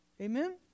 Amen